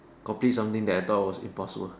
copy something that I thought was impossible